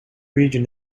region